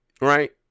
Right